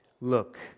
look